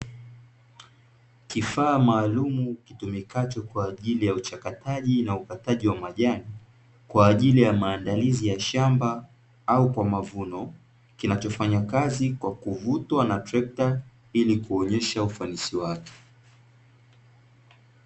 Kifaa maalumu kitumikacho kwa ajili ya uchakataji, na ukataji wa majani, kwa ajili ya maandalizi ya shamba au kwa mavuno, kinachofanya kazi kwa kuvutwa na trekita, ili kuonyesha ufanisi wake.